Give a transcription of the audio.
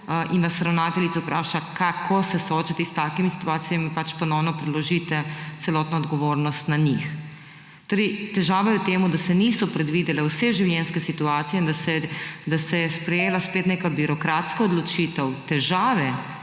in nas ravnateljica vpraša, kako se soočiti s takimi situacijami, pač ponovno preložite celotno odgovornost na njih. Torej, težava je v tem, da se niso previdele vse življenjske situacije in da se je sprejela spet neka birokratska odločitev. Težave,